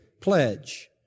pledge